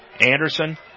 Anderson